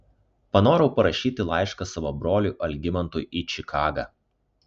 panorau parašyti laišką savo broliui algimantui į čikagą